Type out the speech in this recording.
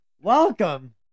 Welcome